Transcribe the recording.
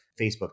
Facebook